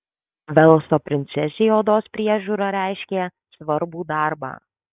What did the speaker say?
velso princesei odos priežiūra reiškė svarbų darbą